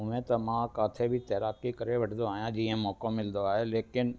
हूअं त मां किथे बि तैराकी करे वठंदो आहियां जीअं मौक़ो मिलंदो आहे लेकिन